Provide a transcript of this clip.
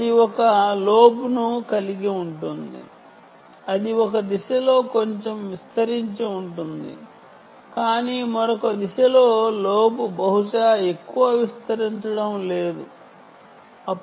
అది ఒక లోబ్ను ఒక దిశలో కొంచెం విస్తరించి ఉండవచ్చు కానీ మరొక దిశలో లోబ్ బహుశా ఎక్కువగా విస్తరించ లేకపోవచ్చు